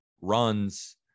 runs